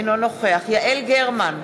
אינו נוכח יעל גרמן,